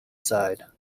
side